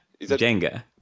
Jenga